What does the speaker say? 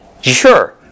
Sure